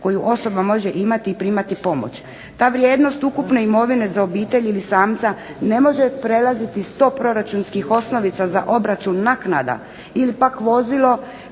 koju osoba može imati i primati pomoć. Ta vrijednost ukupne imovine za obitelj ili samca ne može prelaziti 100 proračunskih osnovica za obračun naknada ili pak vozilo